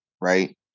right